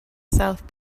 south